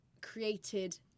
created